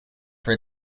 for